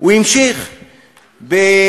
לסדר ג'ובים לחבר'ה מהליכוד,